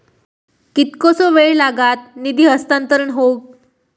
कितकोसो वेळ लागत निधी हस्तांतरण हौक?